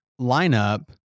lineup